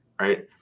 right